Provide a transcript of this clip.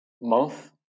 month